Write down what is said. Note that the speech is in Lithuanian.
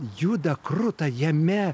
juda kruta jame